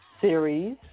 series